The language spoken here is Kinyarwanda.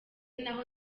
naho